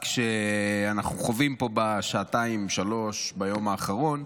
שאנחנו חווים פה בשעתיים-שלוש ביום האחרון,